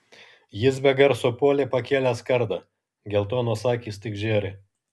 jis be garso puolė pakėlęs kardą geltonos akys tik žėri